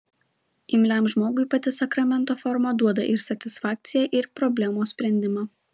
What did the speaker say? imliam žmogui pati sakramento forma duoda ir satisfakciją ir problemos sprendimą